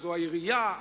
שזו העירייה,